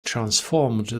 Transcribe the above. transformed